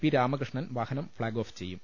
P Ramakrishnan വാഹനം flag off ചെയ്യും